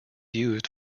used